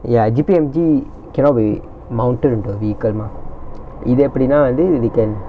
ya G_P_M_G cannot be mounted onto a vehicle mah இது எப்டினா வந்து இது:ithu epdinaa vanthu ithu we can